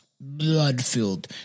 blood-filled